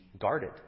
guarded